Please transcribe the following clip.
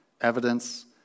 evidence